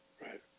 Right